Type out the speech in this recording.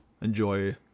enjoy